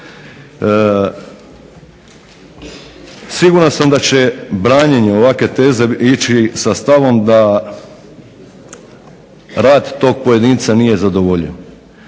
Siguran sam da će branjenje ovakve teze ići sa stavom da rad tog pojedinca nije zadovoljio.